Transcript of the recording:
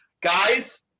Guys